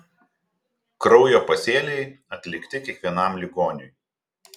kraujo pasėliai atlikti kiekvienam ligoniui